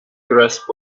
grasp